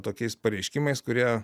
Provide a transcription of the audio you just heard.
tokiais pareiškimais kurie